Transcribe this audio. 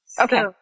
Okay